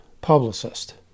publicist